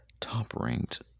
top-ranked